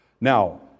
now